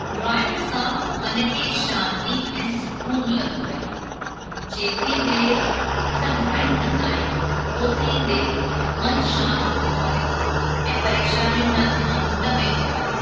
drawing सां मन खे शांति ऐं सुकून मिलंदो आहे जेतिरी देर असां ड्रॉइंग कंदा आहियूं ओतिरी देर मनु शांति हूंदो आहे ऐं परेशानियुनि ॾांहुं ध्यानु न वेंदो आहे